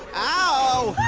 ow